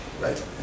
Right